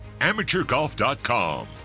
AmateurGolf.com